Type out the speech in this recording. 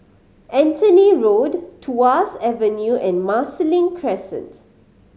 Anthony Road Tuas Avenue and Marsiling Crescent